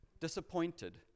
disappointed